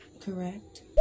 Correct